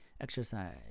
Exercise